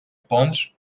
ponts